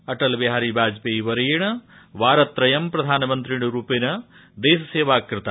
अज्ञि बिहारी वाजपेयी वर्येण वारत्रयं प्रधानमन्त्रिरूपेण देशसेवा कृता